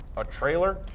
a trailer,